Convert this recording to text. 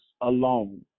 alone